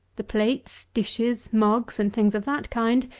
the plates, dishes, mugs, and things of that kind,